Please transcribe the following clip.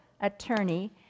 attorney